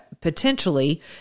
potentially